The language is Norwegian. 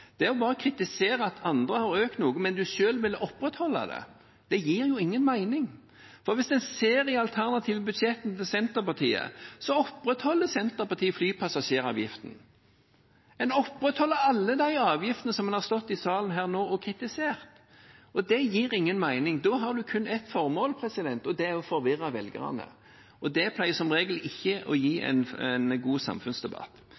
interessant debatt. Bare å kritisere at andre har økt noe, men selv vil en opprettholde det, gir ingen mening. Hvis en ser i de alternative budsjettene til Senterpartiet, ser en at Senterpartiet opprettholder flypassasjeravgiften. En opprettholder alle de avgiftene som en nå har stått i salen og kritisert. Det gir ingen mening. Da har en kun ett formål, og det er å forvirre velgerne. Det pleier som regel ikke å gi en god samfunnsdebatt.